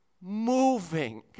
moving